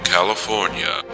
California